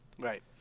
right